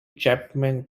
chapman